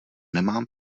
nemám